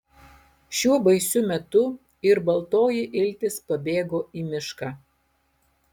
šiuo baisiu metu ir baltoji iltis pabėgo į mišką